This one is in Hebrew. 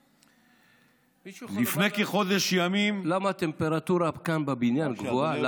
מישהו יכול לומר למה הטמפרטורה כאן בבניין גבוהה?